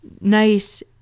nice